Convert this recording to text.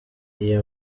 iyi